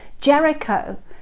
Jericho